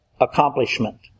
accomplishment